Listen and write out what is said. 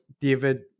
David